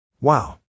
Wow